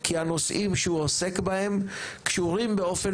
כי הנושאים שהוא עוסק בהם קשורים באופן